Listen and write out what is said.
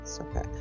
Okay